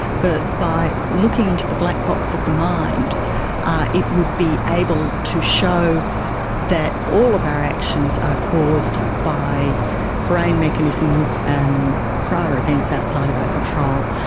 but by looking into the black box of the mind it would be able to show that all of our actions are caused by brain mechanisms and prior events outside of our control.